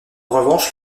revanche